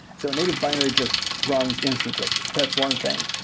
so a native binary just runs instantly. that's one thing.